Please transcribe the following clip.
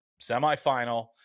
semifinal